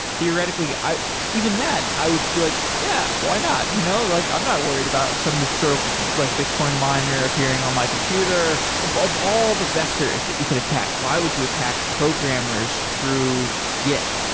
theoretically even then i would be like, yeah, why not? you know like i'm not worried about some sort of like bitcoin miner appearing on my computer. of of all the vectors that you could attack, why would you attack programmers through git?